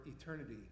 eternity